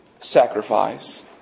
sacrifice